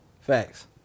Facts